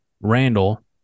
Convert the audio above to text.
Randall